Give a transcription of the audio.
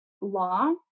law